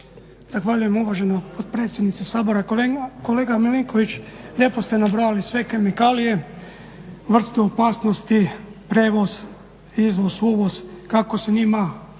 Zahvaljujem uvažena potpredsjednice Sabora. Kolega Milinković lijepo ste nabrojali sve kemikalije, vrstu opasnosti, prijevoz, izvoz, uvoz, kako se s njima